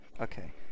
okay